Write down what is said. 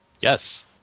Yes